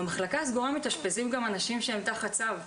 במחלקה הסגורה מתאשפזים גם אנשים שהם תחת צו,